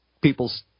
people's